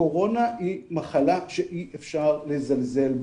קורונה היא מחלה שאי אפשר לזלזל בה.